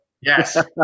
Yes